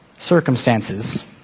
circumstances